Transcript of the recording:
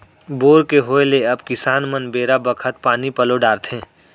bore के होय ले अब किसान मन बेरा बखत पानी पलो डारथें